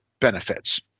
benefits